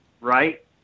right